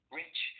rich